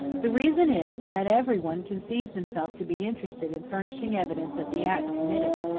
the reason is, that every one conceives himself to be interested in furnishing evidence of the act committed,